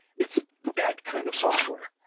it's that kind of software,